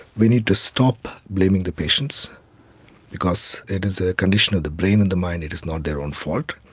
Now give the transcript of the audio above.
we need to stop blaming the patients because it is a condition of the brain and the mind, it is not their own fault.